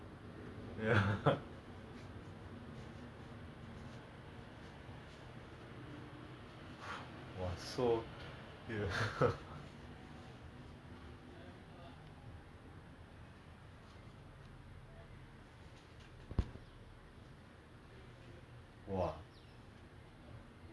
ya and and we would err we would be you know we would buy each other food like like for example there was once right we went to near tanglin secondary opposite tanglin secondary school there's this very nice food court like all the seafood and all then we went there to eat like my family